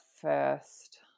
first